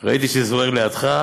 ראיתי שזוהיר לידך,